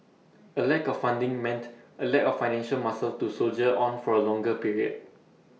A lack of funding meant A lack of financial muscle to soldier on for A longer period